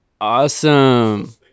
awesome